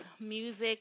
music